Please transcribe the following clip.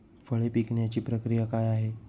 फळे पिकण्याची प्रक्रिया काय आहे?